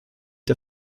der